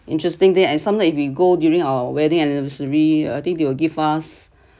interesting thing and sometimes if we go during our wedding anniversary I think they will give us